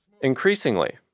Increasingly